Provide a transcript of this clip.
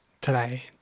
today